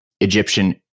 Egyptian